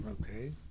Okay